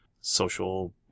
social